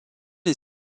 est